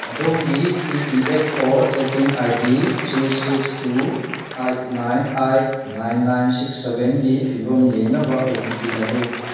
ꯑꯗꯣꯝꯒꯤ E P F O tracking I D three six two eight nine eight nine nine six ꯁꯕꯦꯟꯒꯤ ꯐꯤꯕꯝ ꯌꯦꯡꯅꯕ O T P ꯑꯗꯨ